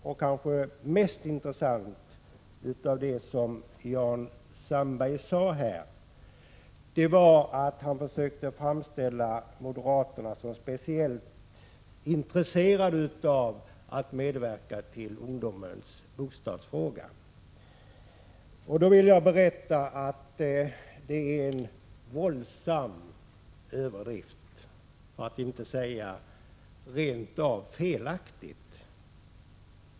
Det kanske mest intressanta i det Jan Sandberg sade var att han försökte framställa moderaterna som speciellt intresserade av att medverka till att lösa ungdomens bostadsfrågor. Jag vill säga att det är en våldsam överdrift, för att inte säga rent av felaktigt.